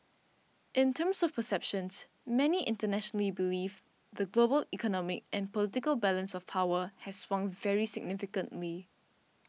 in terms of perceptions many internationally believe the global economic and political balance of power has swung very significantly